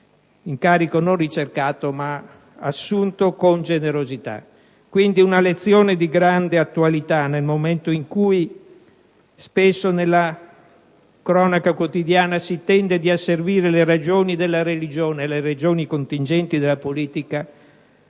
incarico non ricercato, ma assunto con generosità. Quindi, una lezione di grande attualità; nel momento in cui spesso nella cronaca quotidiana si tende ad asservire la ragioni della religione alle ragioni contingenti della politica,